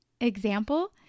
example